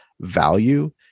value